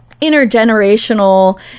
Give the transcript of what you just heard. intergenerational